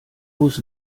bus